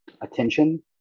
attention